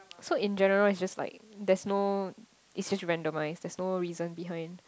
so in general is just like there's no it's just randomize that's no reason behind